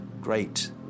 great